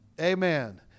Amen